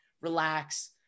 relax